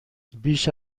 بیشتر